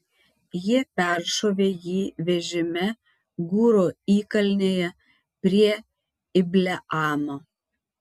jie peršovė jį vežime gūro įkalnėje prie ibleamo